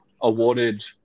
awarded